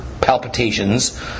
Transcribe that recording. palpitations